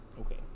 Okay